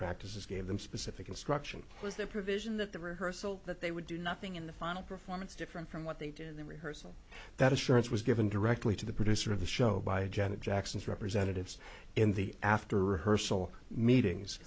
practices gave them specific instruction was their provision that the rehearsal that they would do nothing in the final performance different from what they did the rehearsal that assurance was given directly to the producer of the show by janet jackson's representatives in the after rehearsal meetings